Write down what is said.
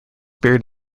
buried